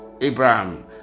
abraham